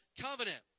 Covenant